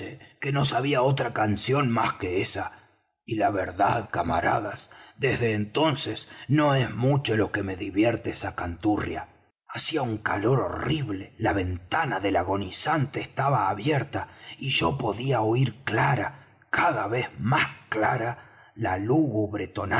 que no sabía otra canción más que esa y la verdad camaradas desde entonces no es mucho lo que me divierte esa canturria hacía un calor horrible la ventana del agonizante estaba abierta y yo podía oir clara cada vez más clara la